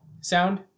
sound